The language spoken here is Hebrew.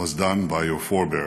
was done by your forbear.